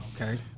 Okay